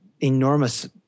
enormous